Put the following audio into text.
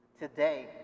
Today